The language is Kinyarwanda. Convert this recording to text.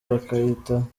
bakayitaho